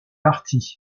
parties